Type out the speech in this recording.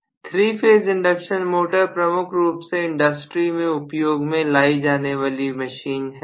3 phase induction motor प्रमुख रूप से इंडस्ट्री में उपयोग में लाई जाने वाली मशीन है